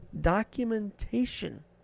documentation